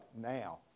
now